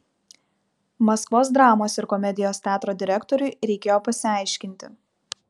maskvos dramos ir komedijos teatro direktoriui reikėjo pasiaiškinti